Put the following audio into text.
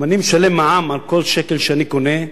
אם אני משלם מע"מ על כל שקל שאני קונה,